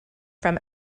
from